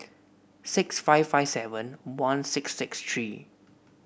six five five seven one six six three